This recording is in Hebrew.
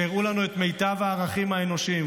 שהראו לנו את מיטב הערכים האנושיים,